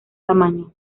tamaño